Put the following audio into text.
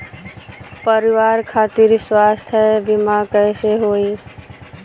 परिवार खातिर स्वास्थ्य बीमा कैसे होई?